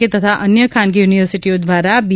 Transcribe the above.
કે તથા અન્ય ખાનગી યુનિવર્સિટીઓ દ્વારા બી